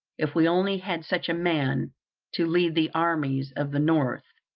if we only had such a man to lead the armies of the north,